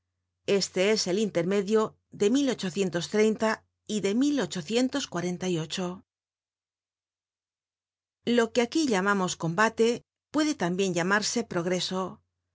este es el intermedio de y de lo que aquí llamamos combate puede tambien llamarse progreso